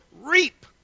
reap